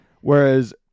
Whereas